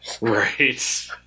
Right